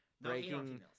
breaking